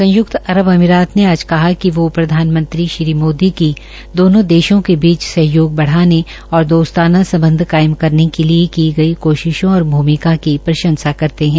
संय्क्त अरब अमीरात ने आज कहा कि वो प्रधानमंत्री श्री मोदी की दोनों देशों के बीच सहयोग बढ़ाने और दोस्ताना सम्बध कायम करने के लिये की गई कोशिशों और भूमिका का प्रंशसा करते है